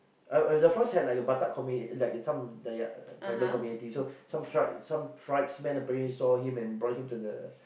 a as the forest had like a batak community like a some dayak tribal community so some tribes some tribesmen apparently saw him and brought him to the